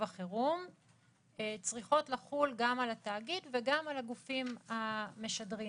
החירום צריכות לחול גם על התאגיד וגם על הגופים המשדרים.